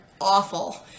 awful